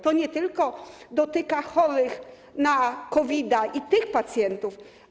To nie tylko dotyka chorych na COVID, tych pacjentów.